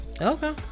Okay